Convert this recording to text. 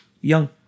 Young